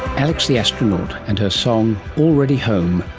alex the astronaut and her song already home.